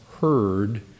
heard